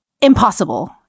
impossible